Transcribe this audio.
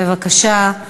בבקשה.